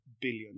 billion